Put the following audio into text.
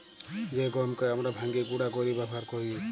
জ্যে গহমকে আমরা ভাইঙ্গে গুঁড়া কইরে ব্যাবহার কৈরি